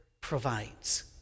provides